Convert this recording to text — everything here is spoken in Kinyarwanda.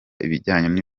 ibijyanye